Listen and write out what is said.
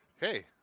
hey